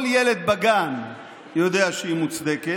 כל ילד בגן יודע שהיא מוצדקת.